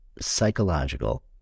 psychological